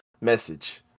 message